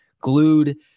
glued